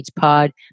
pod